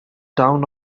town